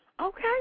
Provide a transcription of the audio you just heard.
Okay